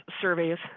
surveys